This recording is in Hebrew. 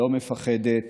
לא מפחדת